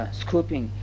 scooping